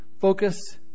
focus